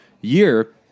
year